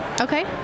Okay